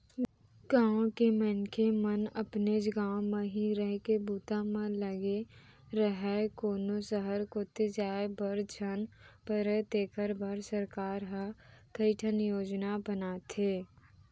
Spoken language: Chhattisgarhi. गाँव के मनखे मन अपनेच गाँव म ही रहिके बूता म लगे राहय, कोनो सहर कोती जाय बर झन परय तेखर बर सरकार ह कइठन योजना बनाथे